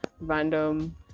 random